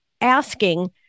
asking